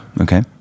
okay